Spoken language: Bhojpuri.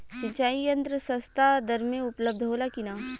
सिंचाई यंत्र सस्ता दर में उपलब्ध होला कि न?